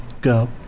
go